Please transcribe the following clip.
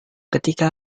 ketika